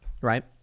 right